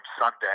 Sunday